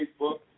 Facebook